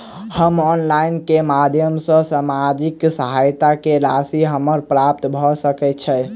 हम ऑनलाइन केँ माध्यम सँ सामाजिक सहायता केँ राशि हमरा प्राप्त भऽ सकै छै?